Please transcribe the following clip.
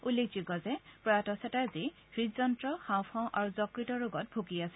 উল্লেখযোগ্য যে প্ৰয়াত চেটাৰ্জী হৃদযন্ত্ৰ হাওঁফাও আৰু যকতৰ ৰোগত ভুগি আছিল